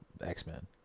X-Men